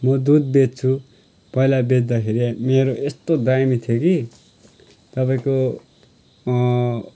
म दुध बेच्छु पहिला बेच्दाखेरि मेरो यस्तो दामी थियो कि तपाईँको